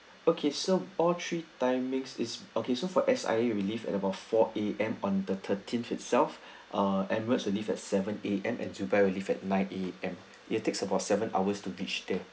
okay so all three time mix is okay for S_I_A we will leave at about four A_M on the thirteenth itself err emirate will leave at seven A_M and dubai will leave at nine A_M it takes about seven hours to reach there